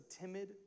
timid